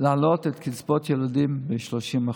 להעלות את קצבאות הילדים ב-30%,